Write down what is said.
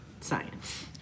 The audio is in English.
Science